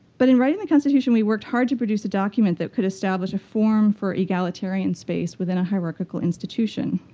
but in writing the constitution, we worked hard to produce a document that could establish a form for egalitarian space within a hierarchical institution.